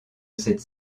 cette